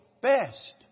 best